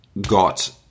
got